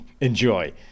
Enjoy